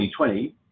2020